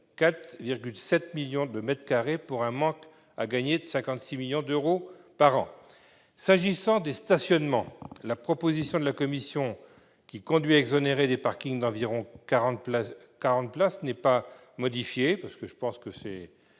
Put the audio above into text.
4,7 millions de mètres carrés, pour un manque à gagner de 56 millions d'euros par an. S'agissant des stationnements, la proposition de la commission, qui conduit à exonérer des parkings d'environ 40 places, n'est pas modifiée. Enfin, le IV de cet